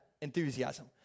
enthusiasm